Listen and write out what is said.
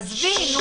עזבי.